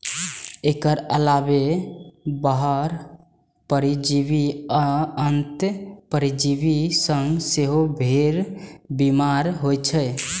एकर अलावे बाह्य परजीवी आ अंतः परजीवी सं सेहो भेड़ बीमार होइ छै